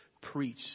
preach